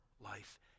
life